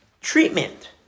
treatment